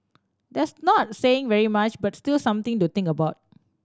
that's not saying very much but still something to think about